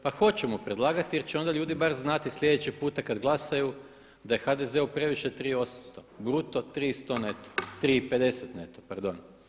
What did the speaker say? Pa hoćemo predlagati, jer će onda ljudi bar znati sljedeći puta kad glasaju da je HDZ-u previše 3800 bruto, 3050 neto, pardon.